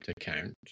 account